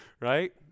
right